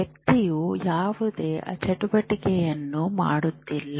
ವ್ಯಕ್ತಿಯು ಯಾವುದೇ ಚಟುವಟಿಕೆಯನ್ನು ಮಾಡುತ್ತಿಲ್ಲ